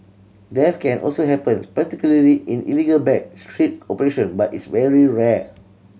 death can also happen particularly in illegal back street operation but is very rare